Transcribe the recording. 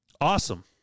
Awesome